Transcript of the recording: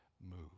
move